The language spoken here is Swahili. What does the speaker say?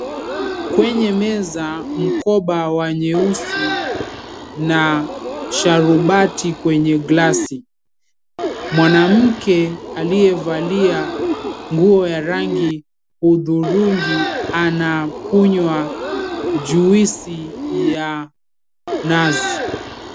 Kwenye meza, mkoba wa nyeusi na sharubati kwenye glasi. Mwanamke aliyevalia nguo ya rangi hudhurungi anakunywa juisi ya nazi.